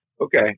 Okay